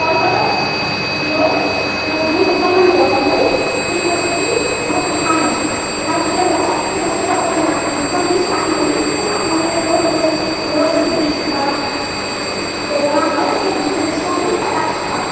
কলপাতত লৈ আপোনাৰ জুইত অকণমান গৰম কৰি সেইটো বস্তুদি মই উশাহ লওঁ উশাহ যেতিয়া লওঁ সেই বস্তুটো আপোনাৰ নাক নাকৰ যিটো শ্বাস নলী সেই শ্বাস নলীয়েদি গৈ মোৰ মূৰৰ যিটো বিষ বা বেদনা হয় সেই বিষটো যথেষ্ট মানে সকাহ পাওঁ